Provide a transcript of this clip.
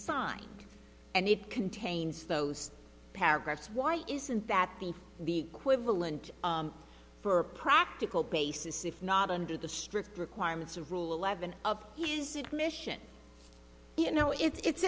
signed and it contains those paragraphs why isn't that be the equivalent for a practical basis if not under the strict requirements of rule eleven of his admission you know it's i